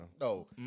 No